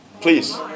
please